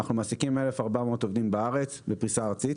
אנחנו מעסיקים 1,400 עובדים בארץ בפריסה ארצית.